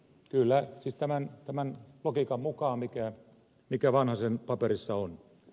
kyllä siis tämän logiikan mukaan mikä vanhasen paperissa on